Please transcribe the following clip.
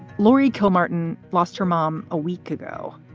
laurie kilmartin lost her mom a week ago,